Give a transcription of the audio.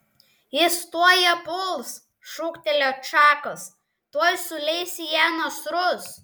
jis tuoj ją puls šūktelėjo čakas tuoj suleis į ją nasrus